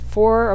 Four